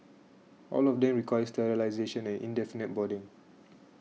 all of them require sterilisation and indefinite boarding